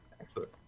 excellent